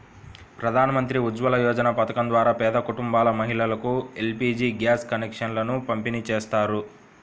ప్రధాన్ మంత్రి ఉజ్వల యోజన పథకం ద్వారా పేద కుటుంబాల మహిళలకు ఎల్.పీ.జీ గ్యాస్ కనెక్షన్లను పంపిణీ చేస్తారు